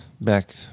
back